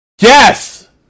Yes